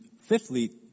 fifthly